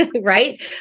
right